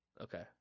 Okay